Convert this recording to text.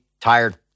tired